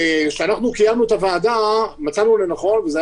כשקיימנו את הוועדה מצאנו לנכון והיה